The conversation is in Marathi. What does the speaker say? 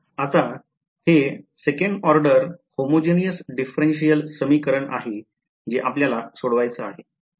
आता हे second order homogeneous differential equation समीकरण आहे जे आपल्याला सोडवायचं आहे